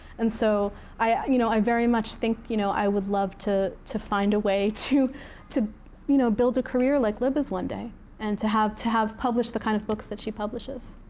and so i you know i very much think you know i would love to to find a way to to you know build a career like libba's one day and to have to have published the kind of books that she publishes.